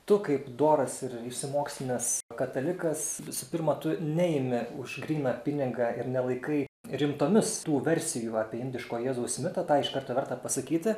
tu kaip doras ir išsimokslinęs katalikas visų pirma tu neimi už gryną pinigą ir nelaikai rimtomis tų versijų apie indiško jėzaus mitą tą iš karto verta pasakyti